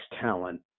talent